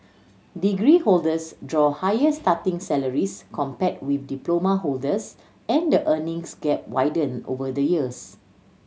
degree holders draw higher starting salaries compared with diploma holders and the earnings gap widen over the years